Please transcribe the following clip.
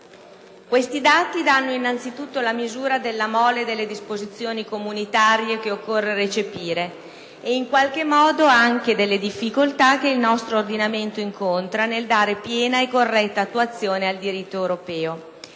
Questi dati danno anzitutto la misura della mole delle disposizioni comunitarie che occorre recepire e, in qualche modo, anche delle difficoltà che il nostro ordinamento incontra nel dare piena e corretta attuazione al diritto europeo.